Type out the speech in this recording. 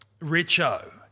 Richo